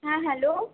হ্যাঁ হ্যালো